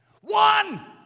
One